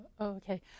Okay